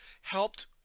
helped